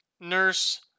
Nurse